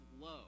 low